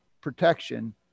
protection